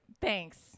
Thanks